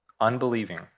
unbelieving